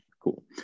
Cool